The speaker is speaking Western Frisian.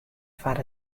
foar